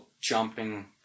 jumping